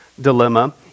dilemma